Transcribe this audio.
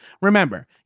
Remember